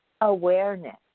Awareness